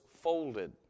folded